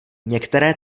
některé